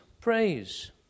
Praise